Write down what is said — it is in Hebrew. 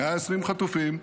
120 חטופים,